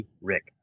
Rick